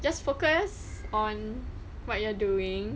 just focus on what you are doing